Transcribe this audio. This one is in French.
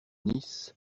nice